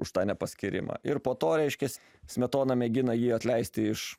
už tą nepaskyrimą ir po to reiškias smetona mėgina jį atleisti iš